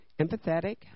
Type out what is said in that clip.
empathetic